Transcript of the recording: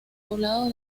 poblado